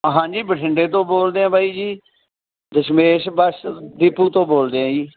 ਹਾਂ ਜੀ ਬਠਿੰਡੇ ਤੋਂ ਬੋਲਦੇ ਆ ਬਾਈ ਜੀ ਦਸ਼ਮੇਸ਼ ਬੱਸ ਡੀਪੂ ਤੋਂ ਬੋਲਦੇ ਹਾਂ ਜੀ